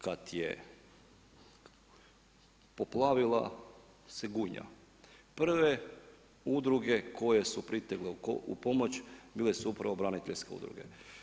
Kada je poplavila se Gunja, prve udruge koje su pritekle u pomoć, bile su upravo braniteljske udruge.